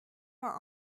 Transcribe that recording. vingt